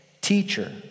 Teacher